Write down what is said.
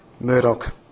Murdoch